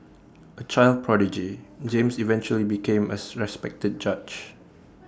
A child prodigy James eventually became as respected judge